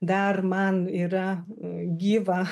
dar man yra gyva